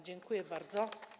Dziękuję bardzo.